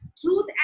truth